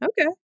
okay